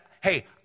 hey